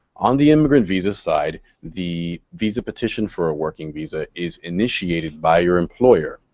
on the immigrant visa side, the visa petition for a working visa is initiated by your employer.